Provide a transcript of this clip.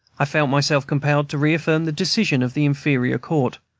i felt myself compelled to reaffirm the decision of the inferior court.